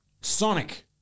Sonic